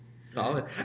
solid